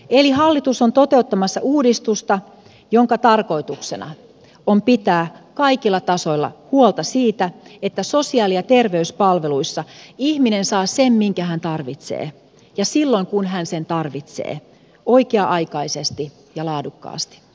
eli hallitus on toteuttamassa uudistusta jonka tarkoituksena on pitää kaikilla tasoilla huolta siitä että sosiaali ja terveyspalveluissa ihminen saa sen minkä hän tarvitsee ja silloin kun hän sen tarvitsee oikea aikaisesti ja laadukkaasti